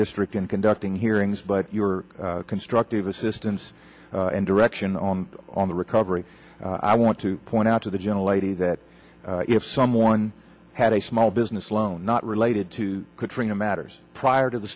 district and conducting hearings but your constructive assistance and direction on on the recovery i want to point out to the gentle lady that if someone had a small business loan not related to katrina matters prior to the